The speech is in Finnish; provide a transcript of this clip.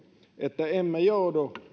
että emme joudu